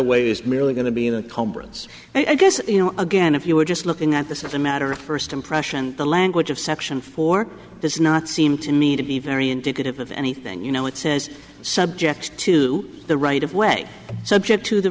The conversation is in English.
away it's merely going to be in a conference i guess you know again if you were just looking at this as a matter of first impression the language of section four this is not seem to me to be very indicative of anything you know it says subject to the right of way so object to the